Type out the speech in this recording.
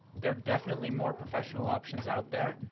there are definitely more professional options out there,